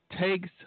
Takes